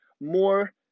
More